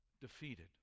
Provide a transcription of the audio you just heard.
defeated